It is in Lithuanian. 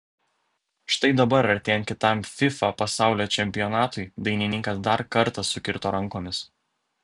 štai dabar artėjant kitam fifa pasaulio čempionatui dainininkas dar kartą sukirto rankomis